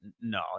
no